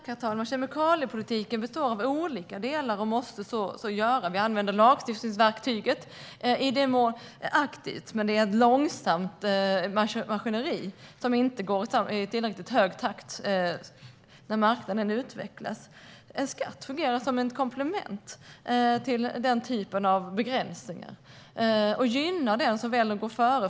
Herr talman! Kemikaliepolitiken består av olika delar och måste så göra. Vi använder lagstiftningsverktyget aktivt, men det är ett långsamt maskineri som inte går i tillräckligt snabb takt när marknaden utvecklas. En skatt fungerar som ett komplement till denna typ av begränsningar och gynnar den som väljer att gå före.